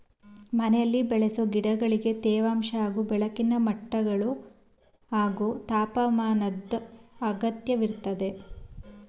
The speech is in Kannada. ಮನೆಲಿ ಬೆಳೆಸೊ ಗಿಡಗಳಿಗೆ ತೇವಾಂಶ ಹಾಗೂ ಬೆಳಕಿನ ಮಟ್ಟಗಳು ಹಾಗೂ ತಾಪಮಾನದ್ ಅಗತ್ಯವಿರ್ತದೆ